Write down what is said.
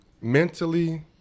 mentally